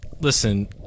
Listen